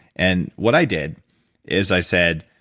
and what i did is i said,